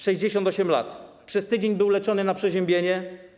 68 lat, przez tydzień był leczony na przeziębienie.